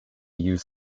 use